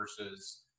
versus